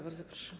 Bardzo proszę.